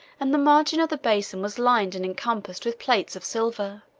and the margin of the basin was lined and encompassed with plates of silver.